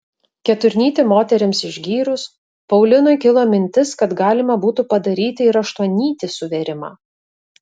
keturnytį moterims išgyrus paulinui kilo mintis kad galima būtų padaryti ir aštuonnytį suvėrimą